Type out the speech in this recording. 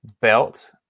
Belt